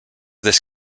this